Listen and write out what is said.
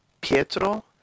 Pietro